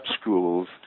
schools